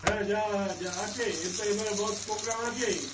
হ্যাঁ যা হ্যাঁ যা আছে এবার এবার বস পোগ্রাম আছে